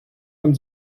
von